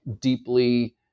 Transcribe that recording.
deeply